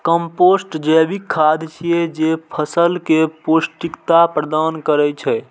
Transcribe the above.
compost जैविक खाद छियै, जे फसल कें पौष्टिकता प्रदान करै छै